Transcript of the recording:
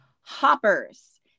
Hoppers